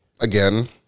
Again